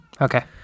Okay